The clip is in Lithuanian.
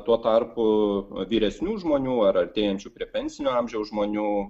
tuo tarpu vyresnių žmonių ar artėjančių prie pensinio amžiaus žmonių